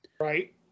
Right